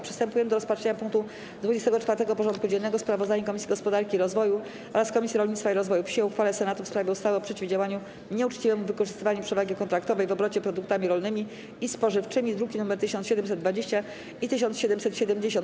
Przystępujemy do rozpatrzenia punktu 24. porządku dziennego: Sprawozdanie Komisji Gospodarki i Rozwoju oraz Komisji Rolnictwa i Rozwoju Wsi o uchwale Senatu w sprawie ustawy o przeciwdziałaniu nieuczciwemu wykorzystywaniu przewagi kontraktowej w obrocie produktami rolnymi i spożywczymi (druki nr 1720 i 1770)